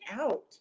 out